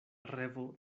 revo